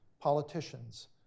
politicians